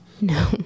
No